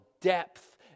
depth